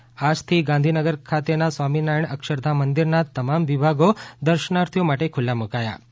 સ્વામિના રાયણ મંદિર આજથી ગાંધીનગર ખાતેના સ્વામિનારાયણ અક્ષરધામ મંદિરના તમામ વિભાગો દર્શનાર્થીઓ માટે ખુલ્લું મુકાયું